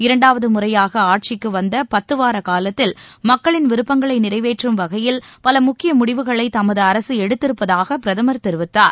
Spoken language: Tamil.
இரண்டாவது முறையாக ஆட்சிக்கு வந்த பத்துவார காலத்தில் மக்களின் விருப்பங்களை நிறைவேற்றும் வகையில் பல முக்கிய முடிவுகளை தமது அரசு எடுத்திருப்பதாக பிரதமர் தெரிவித்தார்